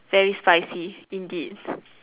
very spicy indeed